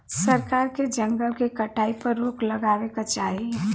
सरकार के जंगल के कटाई पर रोक लगावे क चाही